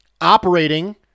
operating